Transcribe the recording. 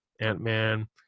Ant-Man